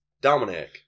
Dominic